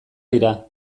dira